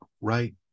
right